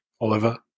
oliver